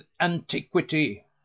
antiquity